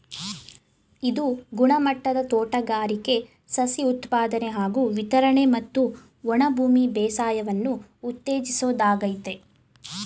ಇದು ಗುಣಮಟ್ಟದ ತೋಟಗಾರಿಕೆ ಸಸಿ ಉತ್ಪಾದನೆ ಹಾಗೂ ವಿತರಣೆ ಮತ್ತೆ ಒಣಭೂಮಿ ಬೇಸಾಯವನ್ನು ಉತ್ತೇಜಿಸೋದಾಗಯ್ತೆ